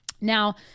Now